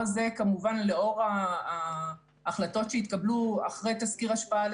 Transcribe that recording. לאור ההחלטות שיתקבלו אחרי תסקיר השפעה על